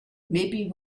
maybe